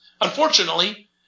Unfortunately